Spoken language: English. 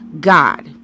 God